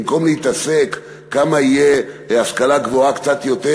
במקום להתעסק בכמה תהיה ההשכלה הגבוהה קיימת קצת יותר,